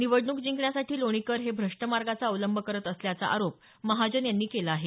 निवडणूक जिंकण्यासाठी लोणीकर हे भ्रष्ट मार्गाचा अवलंब करत असल्याचा आरोप महाजन यांनी केला आहे